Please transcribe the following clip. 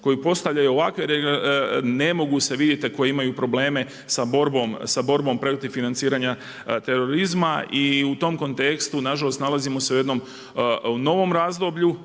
koji postavljaju ovakve, ne mogu se, vidite koji imaju probleme sa borbom, sa borbom protiv financiranja terorizma. I u tom kontekstu nažalost nalazimo se u jednom, novom razdoblju